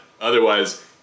Otherwise